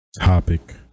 topic